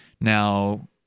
Now